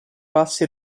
passi